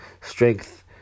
strength